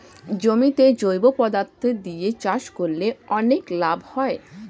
জমিতে জৈব পদার্থ দিয়ে চাষ করলে অনেক লাভ হয়